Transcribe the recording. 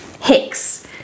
Hicks